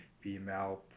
female